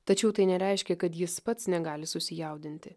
tačiau tai nereiškia kad jis pats negali susijaudinti